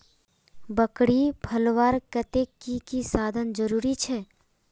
बकरी पलवार केते की की साधन जरूरी छे?